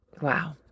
Wow